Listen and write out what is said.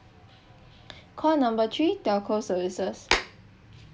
call number three telco services